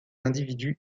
individus